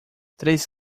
três